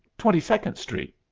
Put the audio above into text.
twenty-second street.